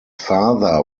father